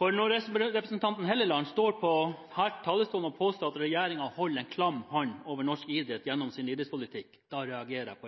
Når representanten Hofstad Helleland står her på talerstolen og påstår at regjeringen holder en klam hånd over norsk idrett gjennom sin idrettspolitikk, reagerer